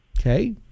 Okay